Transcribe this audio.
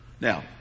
Now